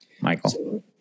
Michael